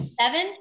Seven